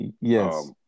yes